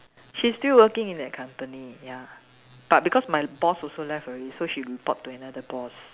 she still working in that company ya but because my boss also left already so she report to another boss